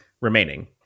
remaining